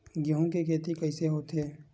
गेहूं के खेती कइसे होथे?